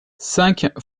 cinq